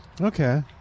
Okay